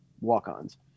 walk-ons